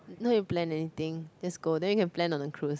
no need to plan anything just go then you can plan on the cruise